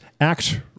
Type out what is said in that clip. act